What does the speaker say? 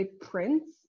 prints